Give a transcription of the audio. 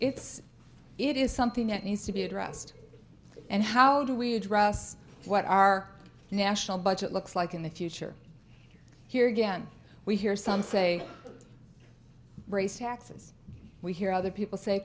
it's it is something that needs to be addressed and how do we address what our national budget looks like in the future here again we hear some say raise taxes we hear other people say